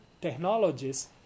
technologies